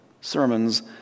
sermons